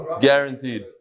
Guaranteed